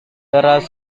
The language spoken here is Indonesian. deras